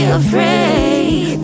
afraid